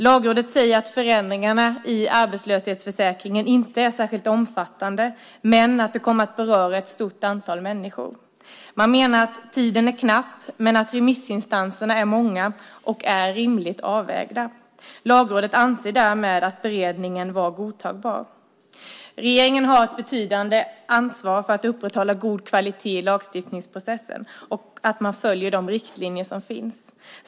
Lagrådet säger att förändringarna i arbetslöshetsförsäkringen inte är särskilt omfattande men att de kommer att beröra ett stort antal människor. Man menar att tiden är knapp men att remissinstanserna är många och rimligt avvägda. Lagrådet anser därmed att beredningen var godtagbar. Regeringen har ett betydande ansvar för att upprätthålla god kvalitet i lagstiftningsprocessen och för att man följer de riktlinjer som finns.